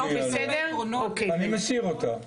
אני מסיר אותה.